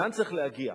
לאן צריך להגיע?